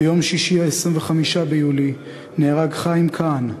ביום שישי, 25 ביולי, נהרג חיים קאהן,